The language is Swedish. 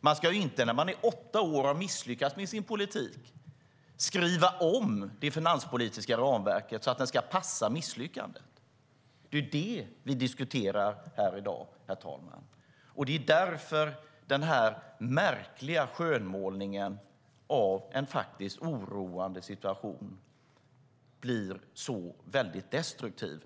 När man under åtta år har misslyckats med sin politik ska man ju inte skriva om det finanspolitiska ramverket så att det ska passa misslyckandet. Det är detta vi diskuterar här i dag, och det är därför regeringens och finansministerns märkliga skönmålning av en oroande situation blir så destruktiv.